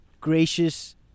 gracious